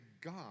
God